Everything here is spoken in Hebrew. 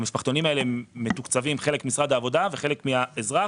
המשפחתונים האלה מתוקצבים חלק על ידי משרד העבודה וחלק מהאזרח,